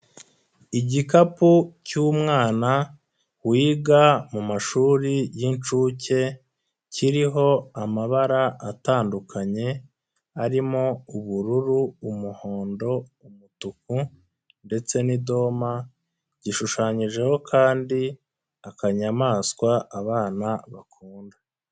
Igikapu cy'umwana wiga mu mashuri y'inshuke kiriho amabara atandukanye arimo ubururu, umuhondo, umutuku ndetse n'idoma gishushanyijeho kandi akanyamaswa abana bakunda.